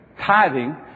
tithing